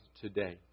today